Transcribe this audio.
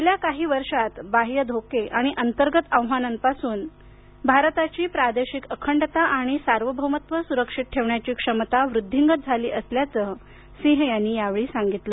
गेल्या काही वर्षात बाह्य धोके आणि अंतर्गत आव्हानांपासून भारताची प्रादेशिक अखंडता आणि सार्वभौमत्व सुरक्षित ठेवण्याची क्षमता वृद्धींगत झाली असल्याचं सिंह यांनी यावेळी सांगितलं